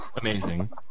Amazing